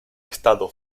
estado